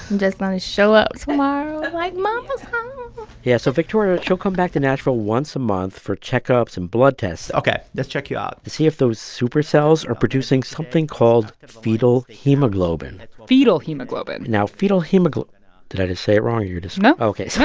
just going to show up tomorrow like, mama's home yeah, so victoria, she'll come back to nashville once a month for checkups and blood tests. ok, let's check you out. to see if those super cells are producing something called fetal hemoglobin fetal hemoglobin now, fetal hemoglobin did i just say wrong or you're just. no ok. so